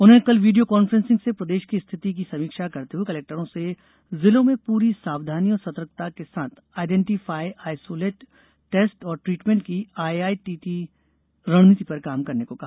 उन्होंने कल video conferencing से प्रदेश की स्थिति की समीक्षा करते हुए कलेक्टरों से जिलों में पूरी सावधानी और सतर्कता के साथ आईडेंटिफाई आइसोलेट टेस्ट और ट्रीटमेंट की आईआईटीटी रणनीति पर काम करने को कहा